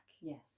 yes